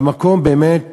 והמקום באמת